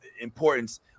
importance